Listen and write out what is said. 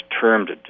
termed